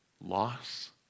loss